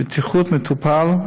בטיחות המטופל,